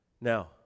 Now